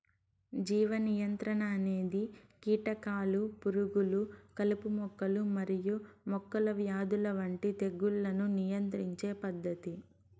జీవ నియంత్రణ అనేది కీటకాలు, పురుగులు, కలుపు మొక్కలు మరియు మొక్కల వ్యాధుల వంటి తెగుళ్లను నియంత్రించే పద్ధతి